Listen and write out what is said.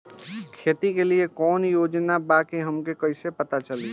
खेती के लिए कौने योजना बा ई हमके कईसे पता चली?